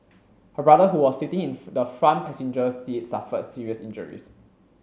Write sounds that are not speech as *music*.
her brother who was sitting in *unintelligible* the front passenger seat suffered serious injuries